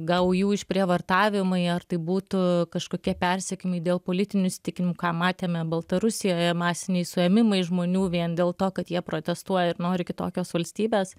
gaujų išprievartavimai ar tai būtų kažkokie persekiojimai dėl politinių įsitikinimų ką matėme baltarusijoje masiniai suėmimai žmonių vien dėl to kad jie protestuoja ir nori kitokios valstybės